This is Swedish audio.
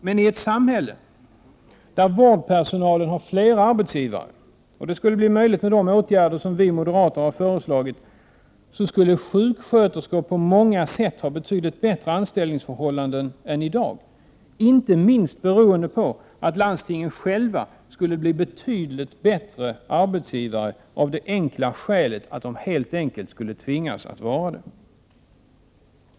I ett samhälle där vårdpersonalen har flera arbetsgivare — och där det skulle bli möjligt med de åtgärder som vi moderater föreslagit — skulle sjuksköterskor på många sätt ha betydligt bättre anställningsförhållanden än i dag, inte minst beroende på att landstingen själva skulle bli betydligt bättre arbetsgivare, av det enkla skälet att de helt enkelt skulle tvingas till det.